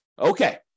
Okay